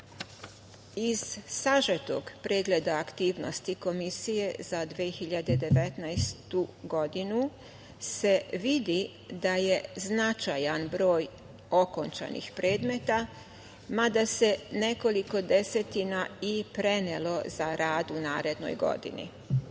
sažetog pregleda aktivnosti Komisije za 2019. godinu se vidi da je značajan broj okončanih predmeta, mada se nekoliko desetina i prenelo za rad u narednoj godini. Data